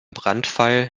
brandfall